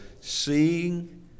Seeing